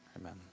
Amen